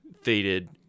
faded